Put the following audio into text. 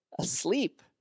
asleep